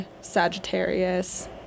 Sagittarius